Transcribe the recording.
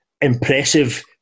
impressive